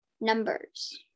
numbers